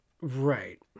Right